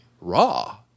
raw